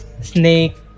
snake